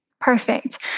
Perfect